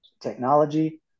technology